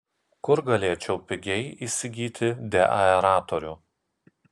kur galėčiau pigiai įsigyti deaeratorių